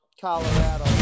Colorado